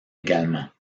également